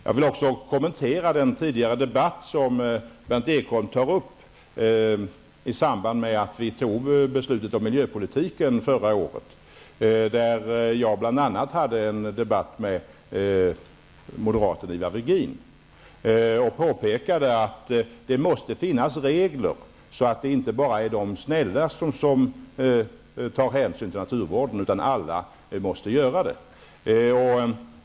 Jag vill också kommentera debatten i samband med att vi tog beslutet om miljöpolitiken förra året som Berndt Ekholm berörde. Där hade jag bl.a. en diskussion med moderaten Ivar Virgin och påpekade att det måste finnas regler så att det inte bara är de snälla som tar hänsyn till naturvården, utan det måste alla göra.